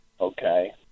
Okay